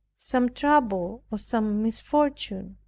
some trouble, or some misfortune?